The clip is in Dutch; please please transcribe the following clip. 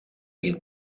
het